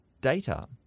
Data